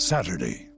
Saturday